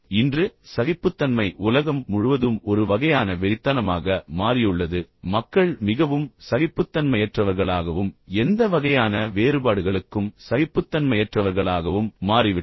இன்று சகிப்புத்தன்மை உலகம் முழுவதும் ஒரு வகையான வெறித்தனமாக மாறியுள்ளது மக்கள் மிகவும் சகிப்புத்தன்மையற்றவர்களாகவும் எந்த வகையான வேறுபாடுகளுக்கும் சகிப்புத்தன்மையற்றவர்களாகவும் மாறிவிட்டனர்